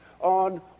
on